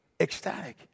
ecstatic